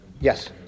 Yes